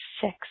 six